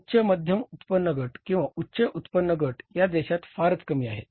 उच्च मध्यम उत्पन्न गट किंवा उच्च उत्पन्न गट या देशात फारच कमी आहेत